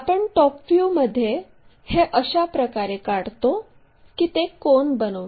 आपण टॉप व्ह्यूमध्ये हे अशा प्रकारे काढतो की ते कोन बनवते